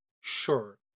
sure